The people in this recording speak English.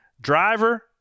Driver